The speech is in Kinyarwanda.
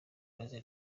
umeze